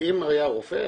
אם היה רופא,